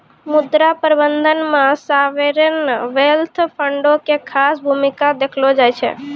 मुद्रा प्रबंधन मे सावरेन वेल्थ फंडो के खास भूमिका देखलो जाय छै